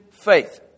faith